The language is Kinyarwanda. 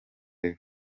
level